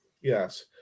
yes